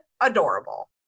adorable